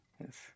Yes